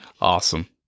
Awesome